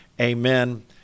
Amen